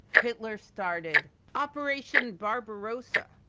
hitler started operation barbarossa,